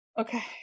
Okay